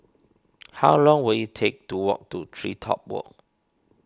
how long will it take to walk to TreeTop Walk